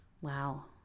Wow